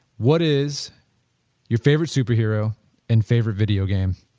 what is your favorite super hero and favorite videogame?